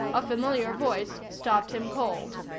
a familiar voice stopped him cold.